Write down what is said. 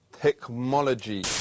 Technology